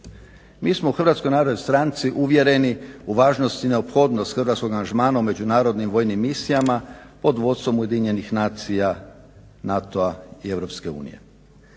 Mi smo u Hrvatskoj narodnoj stranci uvjereni u važnost i neophodnost hrvatskog angažmana u međunarodnim vojnim misijama, pod vodstvom Ujedinjenih nacija, NATO-a i